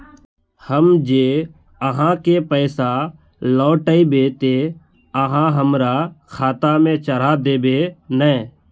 हम जे आहाँ के पैसा लौटैबे ते आहाँ हमरा खाता में चढ़ा देबे नय?